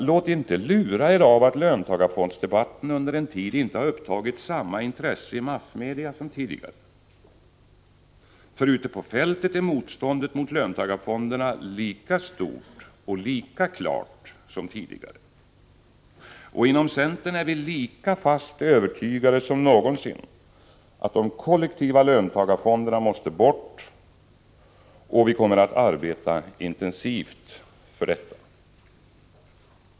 Låt inte lura er av att löntagarfondsdebatten under en tid inte har upptagit samma intresse i massmedia som tidigare. Ute på fältet är motståndet mot löntagarfonderna lika stort och lika klart som tidigare. Inom centern är vi lika fast övertygade som någonsin om att de kollektiva löntagarfonderna måste bort, och vi kommer att arbeta intensivt för detta.